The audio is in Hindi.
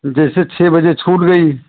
जैसे छः बजे छूट गई